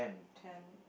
ten